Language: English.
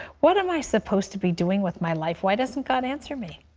what am i supposed to be doing with my life? why doesn't god answer me?